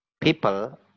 people